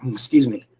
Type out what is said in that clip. excuse me.